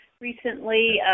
Recently